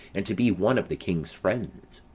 and to be one of the king's friends.